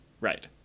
right